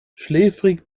schläfrig